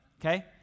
okay